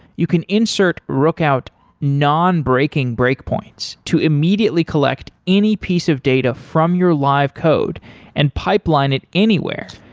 you can insert rookout non-breaking breakpoints to immediately collect any piece of data from your live code and pipeline it anywhere.